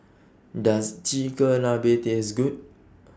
Does Chigenabe Taste Good